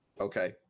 Okay